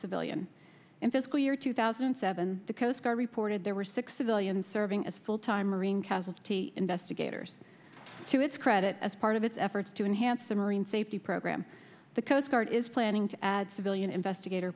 civilian in fiscal year two thousand and seven the coast guard reported there were six civilian serving as full time marine casualty investigators to its credit as part of its efforts to enhance the marine safety program the coast guard is planning to add civilian investigator